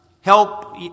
help